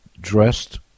dressed